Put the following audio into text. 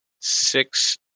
six